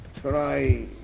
Try